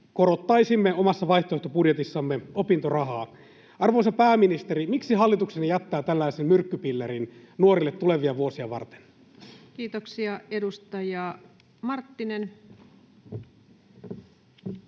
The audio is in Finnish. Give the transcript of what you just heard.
Korottaisimme omassa vaihtoehtobudjetissamme opintorahaa. Arvoisa pääministeri, miksi hallituksenne jättää tällaisen myrkkypillerin nuorille tulevia vuosia varten? Kiitoksia. — Edustaja Marttinen.